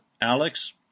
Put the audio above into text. Alex